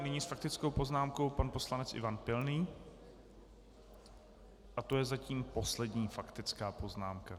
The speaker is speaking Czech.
Nyní s faktickou poznámkou pan poslanec Ivan Pilný a to je zatím poslední faktická poznámka.